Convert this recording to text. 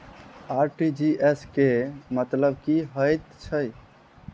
RTGS केँ मतलब की हएत छै?